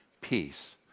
peace